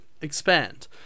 expand